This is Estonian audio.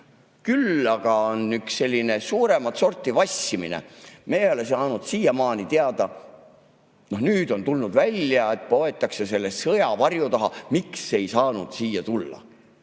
Küll aga on üks selline suuremat sorti vassimine. Me ei ole saanud siiamaani teada ... Noh, nüüd on tulnud välja, et poetakse selle sõjavarju taha, miks ei saanud siia tulla.